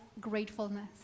gratefulness